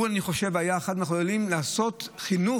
אני חושב שהוא היה אחד מהחברים שאמר לעשות חינוך